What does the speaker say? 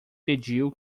pediu